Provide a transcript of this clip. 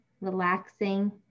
relaxing